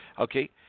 Okay